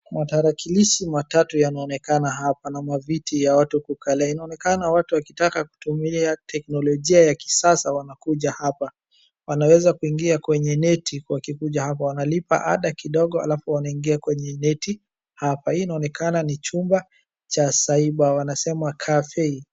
Matarakilishi matatu yanaonekana hapa na mavitu ya watu kukalia . Inaonekana watu wakitaka kutumia teknolojia ya kisasa wanakuja hapa. Wanaweza kuingia kwenye neti wakikuja hapa, wanalipa ada kidogo halafu wanaingia kwenye nyeti hapa. Hii inaonekana ni Chumba cha cyber, wanasema cafe.